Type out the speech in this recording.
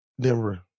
Denver